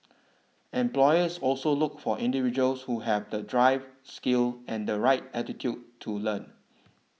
employers also look for individuals who have the drive skills and the right attitude to learn